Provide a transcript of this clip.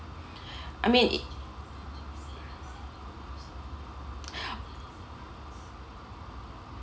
I mean